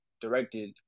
directed